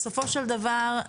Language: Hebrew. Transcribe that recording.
בסופו של דבר,